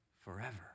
forever